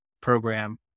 program